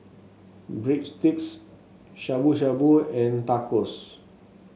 Breadsticks Shabu Shabu and Tacos